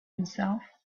himself